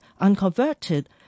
unconverted